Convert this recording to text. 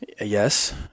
yes